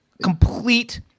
complete